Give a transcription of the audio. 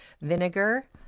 vinegar